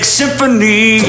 symphony